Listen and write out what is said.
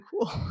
cool